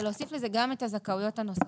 היא להוסיף לזה גם את הזכאויות הנוספות.